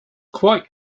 quite